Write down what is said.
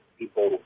people